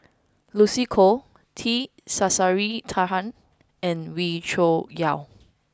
Lucy Koh T Sasitharan and Wee Cho Yaw